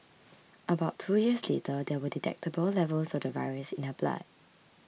about two years later there were detectable levels of the virus in her blood